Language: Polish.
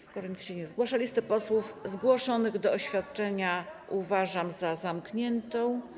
Skoro nikt się nie zgłasza, listę posłów zgłoszonych do oświadczenia uważam za zamkniętą.